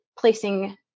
placing